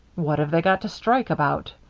what have they got to strike about?